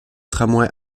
tramway